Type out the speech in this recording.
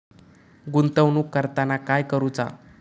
गुंतवणूक करताना काय करुचा?